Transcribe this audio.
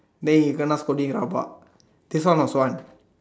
than he call not scolding about this one was one